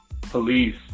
police